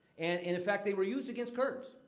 and in in fact, they were used against kurds.